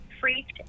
freaked